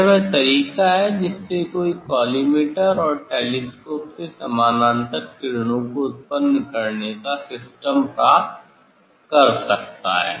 यह वह तरीका है जिससे कोई कॉलीमेटर और टेलीस्कोप से समानांतर किरणों को उत्पन्न करने का सिस्टम प्राप्त कर सकता है